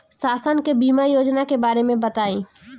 शासन के बीमा योजना के बारे में बताईं?